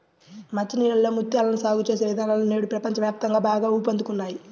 మంచి నీళ్ళలో ముత్యాలను సాగు చేసే విధానాలు నేడు ప్రపంచ వ్యాప్తంగా బాగా ఊపందుకున్నాయి